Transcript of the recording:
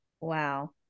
Wow